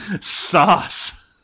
Sauce